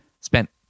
spent